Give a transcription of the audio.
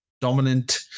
dominant